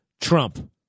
Trump